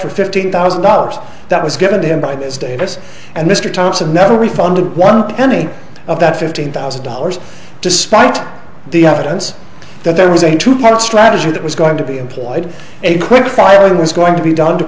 for fifteen thousand dollars that was given to him by this davis and mr thompson never refunded one penny of that fifteen thousand dollars despite the evidence that there was a two parent strategy that was going to be employed a quick fire was going to be done to